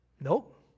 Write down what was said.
Nope